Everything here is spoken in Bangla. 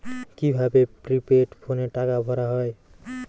কি ভাবে প্রিপেইড ফোনে টাকা ভরা হয়?